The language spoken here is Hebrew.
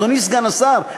אדוני סגן השר,